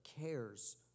cares